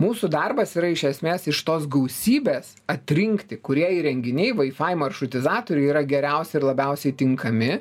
mūsų darbas yra iš esmės iš tos gausybės atrinkti kurie įrenginiai wifi maršrutizatorių yra geriausi ir labiausiai tinkami